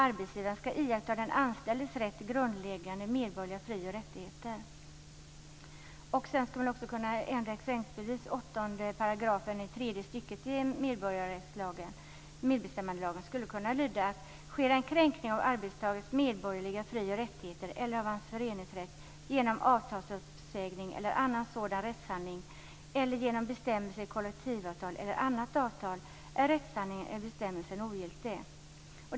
Arbetsgivaren ska iaktta den anställdes rätt till grundläggande medborgerliga fri och rättigheter. Sedan skulle man också kunna ändra t.ex. 8 § 3 st i medbestämmandelagen till att lyda: Sker en kränkning av arbetstagares medborgerliga fri och rättigheter eller av hans föreningsrätt genom avtalsuppsägning eller annan sådan rättshandling eller genom bestämmelse i kollektivavtal eller annat avtal är bestämmelsen ogiltig.